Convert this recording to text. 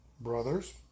brothers